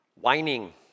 Whining